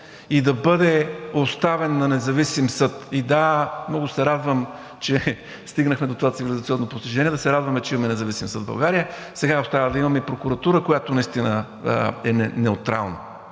и да бъде оставен на независим съд и, да, много се радвам, че стигнахме до това цивилизационно постижение да се радваме, че имаме независим съд в България. Сега остава да имаме и прокуратура, която наистина е неутрална